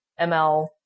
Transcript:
ML